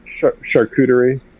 charcuterie